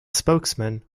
spokesman